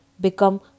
become